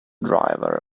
driver